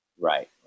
Right